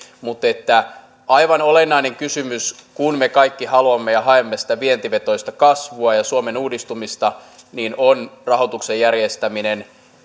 mutta aivan olennainen kysymys kun me kaikki haluamme ja haemme sitä vientivetoista kasvua ja suomen uudistumista on rahoituksen järjestäminen